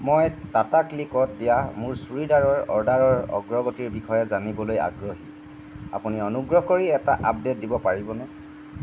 মই টাটা ক্লিকত দিয়া মোৰ চুৰিদাৰৰ অৰ্ডাৰৰ অগ্ৰগতিৰ বিষয়ে জানিবলৈ আগ্ৰহী আপুনি অনুগ্ৰহ কৰি এটা আপডে'ট দিব পাৰিবনে